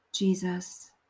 Jesus